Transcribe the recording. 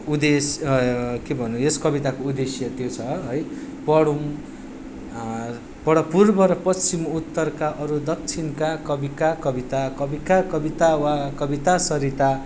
उद्देस् के भन्नु यस कविताको उद्देश्य त्यो छ है पढौँ पढ पूर्व र पश्चिम उत्तरका अरू दक्षिणका कविका कविता कविका कविता वा कविता सरिता